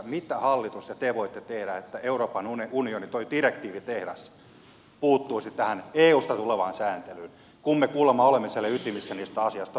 mitä hallitus ja te voitte tehdä että puututtaisiin tähän eun direktiivitehtaasta tulevaan sääntelyyn kun me kuulemma olemme siellä ytimessä niistä asioista päättämässä